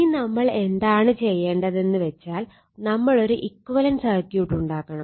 ഇനി നമ്മൾ എന്താണ് ചെയ്യേണ്ടതെന്നാൽ നമ്മൾ ഒരു ഇക്വലന്റ് സർക്യൂട്ട് ഉണ്ടാക്കണം